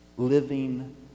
living